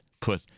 put